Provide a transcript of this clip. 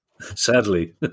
Sadly